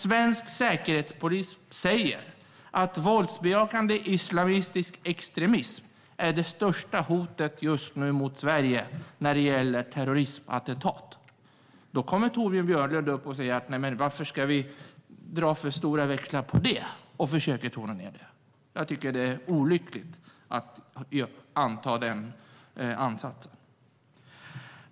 Svensk säkerhetspolis säger att våldsbejakande islamistisk extremism är det största hotet just nu mot Sverige när det gäller terroristattentat. Då kommer Torbjörn Björlund upp och säger: Nej, men varför ska vi dra för stora växlar på det? Och så försöker han tona ned det. Jag tycker att det är olyckligt att ha den ansatsen.